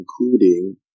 including